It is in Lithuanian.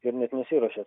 ir net nesiruošė